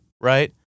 right